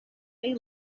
they